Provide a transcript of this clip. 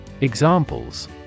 Examples